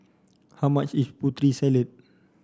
how much is Putri Salad